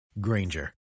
Granger